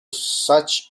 such